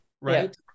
right